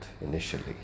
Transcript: initially